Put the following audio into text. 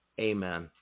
Amen